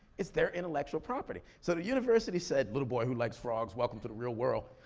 it's their intellectual property. so the university said, little boy who likes frogs, welcome to the real world.